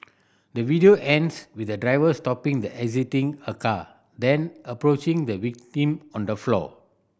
the video ends with the driver stopping the exiting her car then approaching the victim on the floor